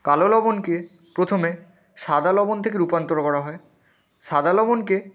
কালো লবণকে প্রথমে সাদা লবণ থেকে রূপান্তর করা হয় সাদা লবণকে